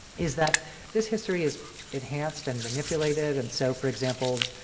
is that this history is enhanced and manipulated and so for example,